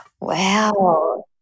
Wow